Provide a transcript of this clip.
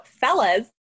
fellas